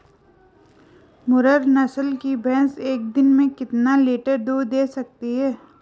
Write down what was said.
मुर्रा नस्ल की भैंस एक दिन में कितना लीटर दूध दें सकती है?